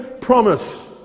promise